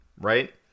right